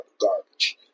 garbage